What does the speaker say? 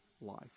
life